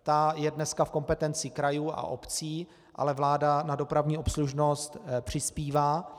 Ta je dneska v kompetenci krajů a obcí, ale vláda na dopravní obslužnost přispívá.